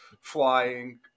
flying